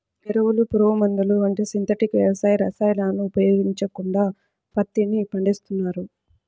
ఎరువులు, పురుగుమందులు వంటి సింథటిక్ వ్యవసాయ రసాయనాలను ఉపయోగించకుండా పత్తిని పండిస్తున్నారు